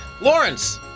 Lawrence